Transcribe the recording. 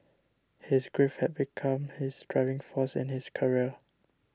his grief had become his driving force in his career